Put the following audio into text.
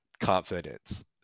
confidence